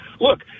Look